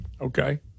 okay